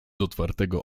otwartego